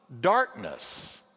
darkness